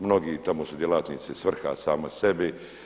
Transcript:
Mnogi tamo su djelatnicima svrha sami sebi.